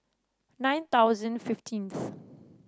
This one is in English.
nine thousand fifteenth